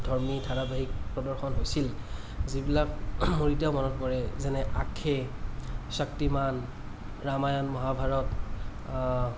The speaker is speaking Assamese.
ধৰ্মী ধাৰাবাহিক প্ৰদৰ্শন হৈছিল যিবিলাক মোৰ এতিয়াও মনত পৰে যেনে আঁখে শক্তিমান ৰামায়ণ মহাভাৰত